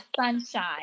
sunshine